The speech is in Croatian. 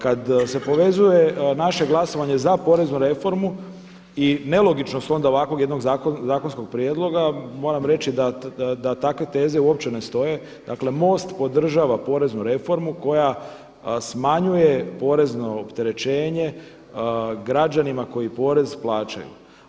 Kad se povezuje naše glasovanje za poreznu reformu i nelogičnost onda ovakvog jednog zakonskog prijedloga, moram reći da takve veze uopće ne stoje, dakle MOST podržava poreznu reformu koja smanjuje porezno opterećenje građanima koji porez plaćaju.